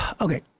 okay